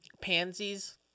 pansies